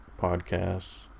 podcasts